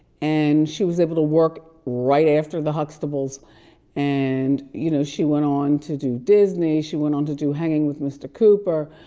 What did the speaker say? and she was able to work right after the huxtables and, you know she went on to do disney. she went on to do hanging with mr. cooper.